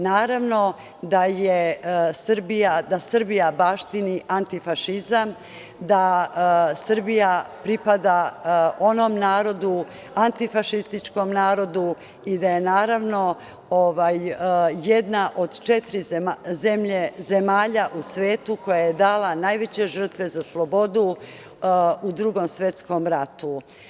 Naravno da Srbija baštini antifašizam, da Srbija pripada onom narodu, antifašističkom narodu i da je, naravno, jedna od četiri zemlje u svetu koja je dala najveće žrtve za slobodu u Drugom svetskom ratu.